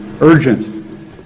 urgent